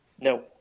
No